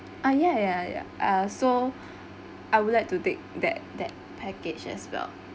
ah ya ya ya ah so I would like to take that that package as well